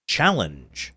Challenge